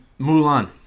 Mulan